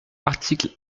articles